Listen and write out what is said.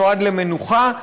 נועד למנוחה,